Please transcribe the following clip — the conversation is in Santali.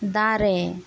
ᱫᱟᱨᱮ